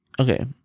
Okay